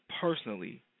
personally